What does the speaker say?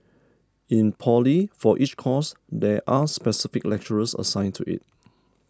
in poly for each course there are specific lecturers assigned to it